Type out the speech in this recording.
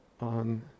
on